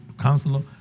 counselor